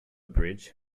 bridge